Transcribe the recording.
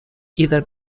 either